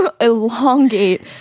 elongate